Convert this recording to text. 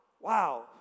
wow